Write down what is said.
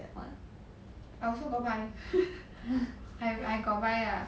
I also got buy I I got buy ah